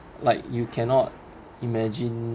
like you cannot imagine